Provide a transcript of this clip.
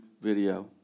video